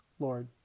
Lord